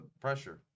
pressure